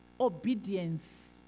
obedience